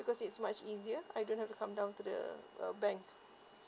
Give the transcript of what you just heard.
because it's much easier I don't have to come down to the uh bank